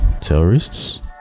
Terrorists